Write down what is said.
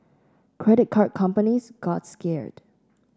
credit card companies got scared